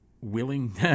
willing